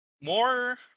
more